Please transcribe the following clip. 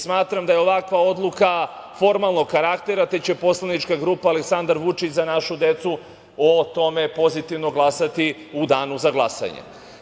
Smatram da je ovakva odluka formalnog karaktera, te će poslanička grupa Aleksandar Vučić – Za našu decu o tome pozitivno glasati u danu za glasanje.